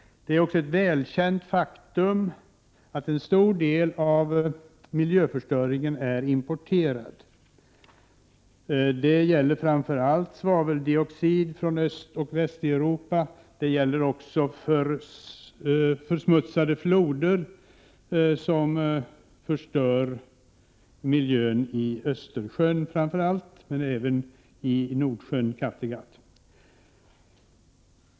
Det är ett välkänt faktum att en stor del av miljöförstöringen är importerad. Det gäller framför allt svaveldioxid från Östoch Västeuropa, men också försmutsade floder, som förstör miljön i framför allt Östersjön men även i Nordsjön och Kattegatt.